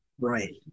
right